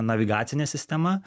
navigacinė sistema